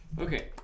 okay